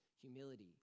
humility